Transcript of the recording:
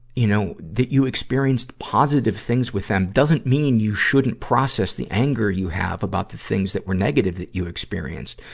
you know, that you experienced positive things with them, doesn't mean you shouldn't process the anger you have about the things that were negative that you experienced.